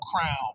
crown